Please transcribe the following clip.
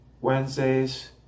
Wednesdays